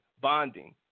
bonding